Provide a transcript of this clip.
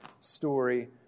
story